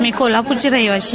मी कोल्हापूरची रहिवासी